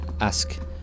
ask